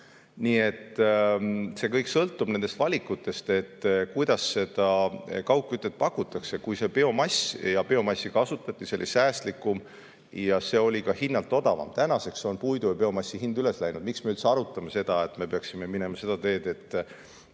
Nii et see kõik sõltub nendest valikutest, kuidas seda kaugkütet pakutakse. Biomass – ja biomassi kasutati – oli säästlikum ja see oli ka hinnalt odavam. Tänaseks on puidu ja biomassi hind üles läinud. Miks me üldse arutame seda, et me peaksime minema seda teed, et